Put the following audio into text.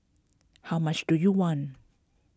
how much do you want